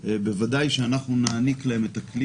בוודאי אחרי שנעניק להם את הכלי